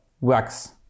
works